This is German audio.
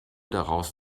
daraus